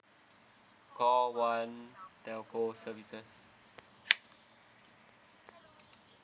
call one telco services